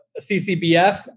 CCBF